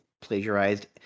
Plagiarized